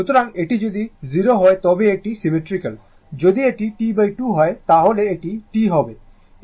সুতরাং এটি যদি 0 হয় তবে এটি সিমেট্রিক্যাল যদি এটি T2 হয় তাহলে এটি T হবে